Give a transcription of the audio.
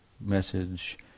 message